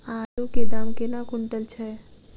आलु केँ दाम केना कुनटल छैय?